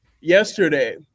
yesterday